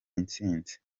intsinzi